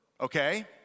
Okay